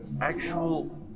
actual